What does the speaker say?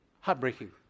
heartbreaking